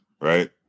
Right